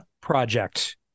project